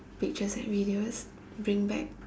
pictures and videos bring back